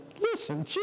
listen